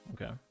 Okay